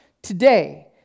Today